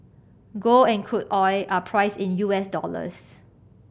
gold and crude oil are priced in U S dollars